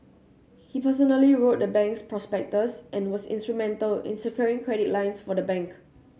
he personally wrote the bank's prospectus and was instrumental in securing credit lines for the bank